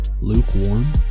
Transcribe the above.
lukewarm